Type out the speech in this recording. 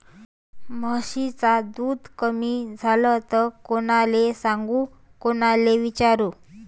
म्हशीचं दूध कमी झालं त कोनाले सांगू कोनाले विचारू?